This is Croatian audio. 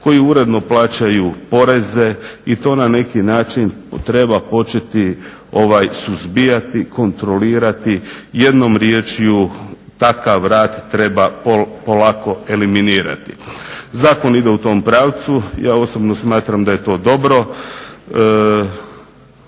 koji uredno plaćaju poreze. I to na neki način treba početi suzbijati, kontrolirati. Jednom riječju takav rad treba polako eliminirati. Zakon ide u tom pravcu. Ja osobno smatram da je to dobro.